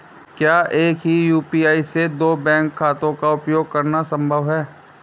क्या एक ही यू.पी.आई से दो बैंक खातों का उपयोग करना संभव है?